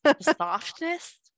softness